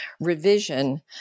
revision